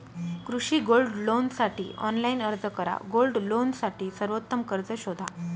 कृषी गोल्ड लोनसाठी ऑनलाइन अर्ज करा गोल्ड लोनसाठी सर्वोत्तम कर्ज शोधा